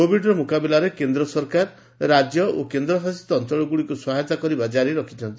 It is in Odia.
କୋବିଡର ମୁକାବିଲାରେ କେନ୍ଦ୍ରସରକାର ରାଜ୍ୟ ଓ କେନ୍ଦ୍ର ଶାସିତ ଅଞ୍ଚଳଗୁଡ଼ିକୁ ସହାୟତା କରିବା ଜାରି ରଖିଛନ୍ତି